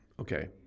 Okay